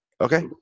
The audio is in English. okay